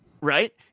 right